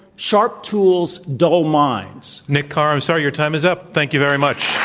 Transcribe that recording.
sharp tools, dull minds. nick carr, i'm sorry, your time is up. thank you very much.